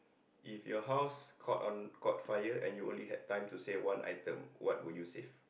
if you house caught on caught fire and you only had time to save one item what would you save